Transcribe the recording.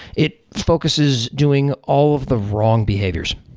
it focuses doing all of the wrong behaviors.